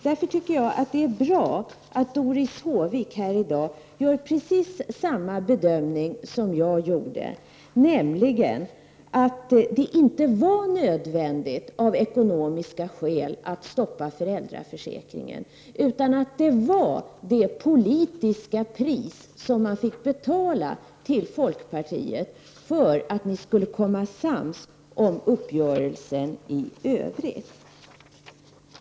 Därför tycker jag att det är bra att Doris Håvik här i dag gör precis samma bedömning som jag gjorde, nämligen att det inte var nödvändigt av ekonomiska skäl att stoppa föräldraförsäkringen, utan att det var det politiska pris som man fick betala till folkpartiet för att man skulle komma sams om uppgörelsen i övrigt.